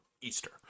Easter